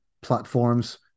platforms